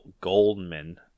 Goldman